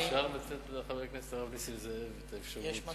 אני לא